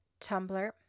Tumblr